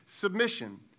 submission